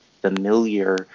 familiar